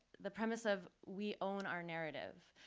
the premise of, we own our narrative.